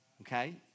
Okay